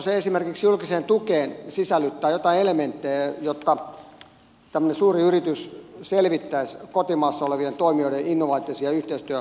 voisiko esimeriksi julkiseen tukeen sisällyttää joitain elementtejä jotta tämmöinen suuri yritys selvittäisi kotimaassa olevien toimijoiden innovatiivisia yhteistyömahdollisuuksia viennin edistämisessä